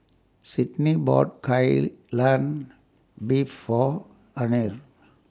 Sydney bought Kai Lan Beef For Anner